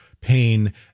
pain